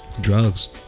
Drugs